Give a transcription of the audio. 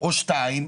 או שתיים,